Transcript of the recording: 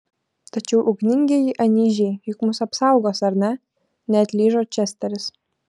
tačiau ugningieji anyžiai juk mus apsaugos ar ne neatlyžo česteris